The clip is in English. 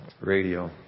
radio